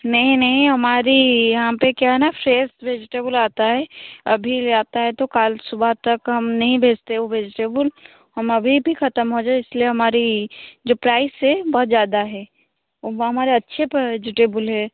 नहीं नहीं हमारे यहाँ पर क्या है ना फ्रेश वेजिटेबुल आता है अभी आता है तो कल सुबह तक हम नहीं भेजते वो वेजिटेबुल हम अभी भी खतम हो जाए इसलिए हमारी जो प्राइस है बहुत ज्यादा है और वो हमारे अच्छे वेजिटेबुल हैं